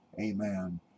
amen